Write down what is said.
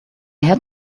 had